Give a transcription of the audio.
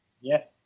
Yes